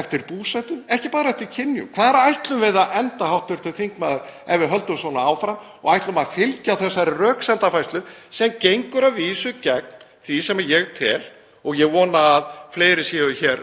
eftir búsetu, ekki bara eftir kynjum? Hvar ætlum við að enda, hv. þingmaður, ef við höldum svona áfram og ætlum að fylgja þessari röksemdafærslu, sem gengur að vísu gegn því sem ég tel, og ég vona að fleiri hér séu